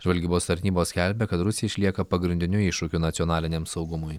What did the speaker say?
žvalgybos tarnybos skelbia kad rusija išlieka pagrindiniu iššūkiu nacionalinam saugumui